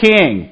King